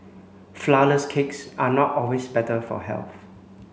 flour less cakes are not always better for health